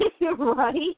Right